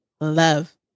love